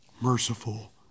merciful